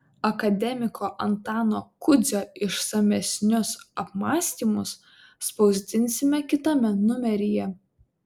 akademiko antano kudzio išsamesnius apmąstymus spausdinsime kitame numeryje